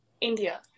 India